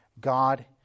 God